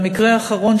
המקרה האחרון,